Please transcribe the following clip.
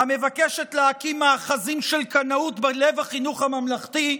המבקשת להקים מאחזים של קנאות בלב החינוך הממלכתי,